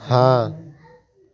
हाँ